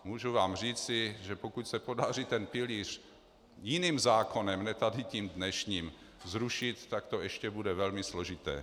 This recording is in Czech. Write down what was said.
Můžu vám říci, že pokud se podaří ten pilíř jiným zákonem, ne tady tím dnešním, zrušit, tak to ještě bude velmi složité.